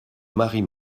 marie